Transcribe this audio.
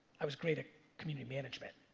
i was great at community management.